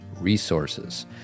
resources